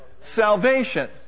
salvation